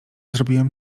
zrobiłem